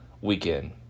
weekend